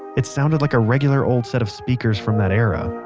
it sounded like a regular old set of speakers from that era